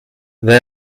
they